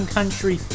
Country